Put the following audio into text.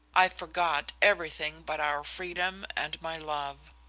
i forgot everything but our freedom and my love.